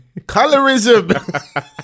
Colorism